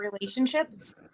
relationships